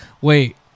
Wait